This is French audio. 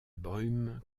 brume